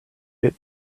bit